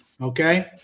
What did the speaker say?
Okay